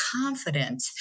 confident